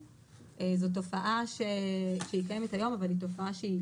זאת תופעה שקיימת היום אבל היא תופעה שהיא